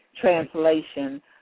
Translation